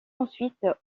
ensuite